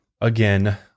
again